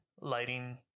lighting